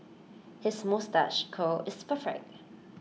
his moustache curl is perfect